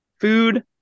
food